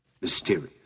mysterious